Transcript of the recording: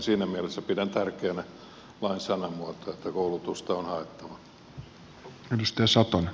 siinä mielessä pidän tärkeänä lain sanamuotoa että koulutusta on haettava